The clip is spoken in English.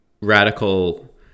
radical